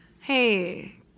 hey